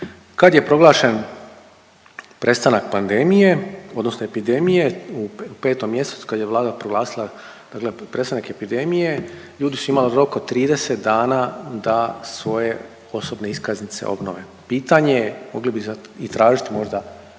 Kad je proglašen prestanak pandemije, odnosno epidemije u 5. mjesecu kad je Vlada proglasila dakle prestanak epidemije ljudi su imali rok od 30 dana da svoje osobne iskaznice obnove. Pitanje je, mogli bi i tražit možda